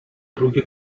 drugi